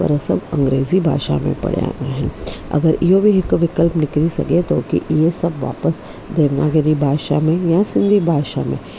पर सभु अंग्रेजी भाषा में पढ़िया आहिनि अगरि इहो बि हिकु बिकल निकिरी सघे थो की ईअं सभु वापिसि देवनागरी भाषा में या सिंधी भाषा में